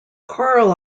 coral